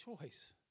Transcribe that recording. choice